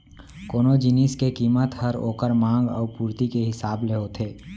कोनो जिनिस के कीमत हर ओकर मांग अउ पुरती के हिसाब ले होथे